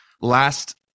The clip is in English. last